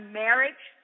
marriage